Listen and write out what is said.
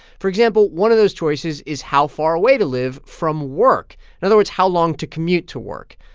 for example, one of those choices is how far away to live from work in other words, how long to commute to work.